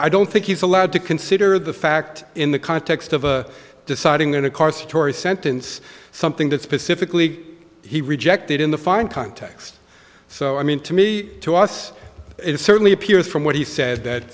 i don't think he's allowed to consider the fact in the context of a deciding going to car satori sentence something that specifically he rejected in the fine context so i mean to me to us it certainly appears from what he said that